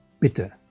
bitte